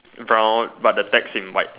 brown but the text in white